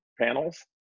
panels